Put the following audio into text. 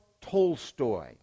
Tolstoy